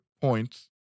points